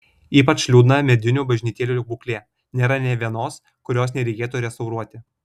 ypač liūdna medinių bažnytėlių būklė nėra nė vienos kurios nereikėtų restauruoti